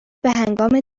بههنگام